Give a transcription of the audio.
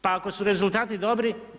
Pa ako su rezultati dobri.